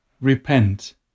repent